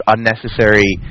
Unnecessary